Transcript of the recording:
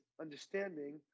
understanding